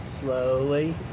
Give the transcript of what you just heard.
slowly